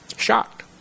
shocked